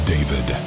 David